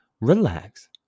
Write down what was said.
relax